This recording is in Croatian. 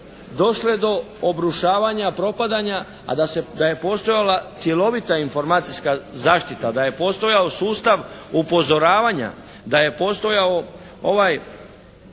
došle do obrušavanja, propadanja, a da je postojala cjelovita iniformacijska zaštita, da je postojao sustav upozoravanja, da je postojao ovaj